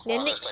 then next